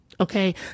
Okay